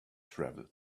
travel